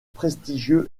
prestigieux